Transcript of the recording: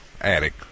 attic